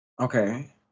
okay